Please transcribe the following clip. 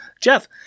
Jeff